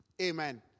Amen